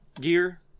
gear